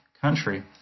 country